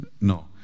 No